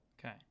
okay